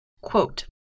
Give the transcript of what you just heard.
Quote